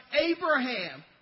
Abraham